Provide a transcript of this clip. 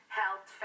health